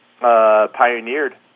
pioneered